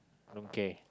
don't care